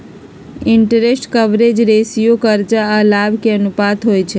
interest coverage ratio करजा आऽ लाभ के अनुपात होइ छइ